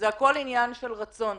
זה הכול עניין של רצון.